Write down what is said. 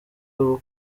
ubu